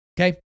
Okay